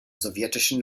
sowjetischen